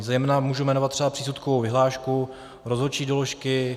Zejména můžu jmenovat třeba přísudkovou vyhlášku, rozhodčí doložky.